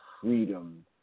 freedom